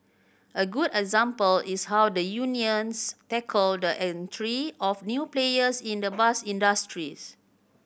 a good example is how the unions tackled the entry of new players in the bus industries